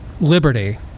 liberty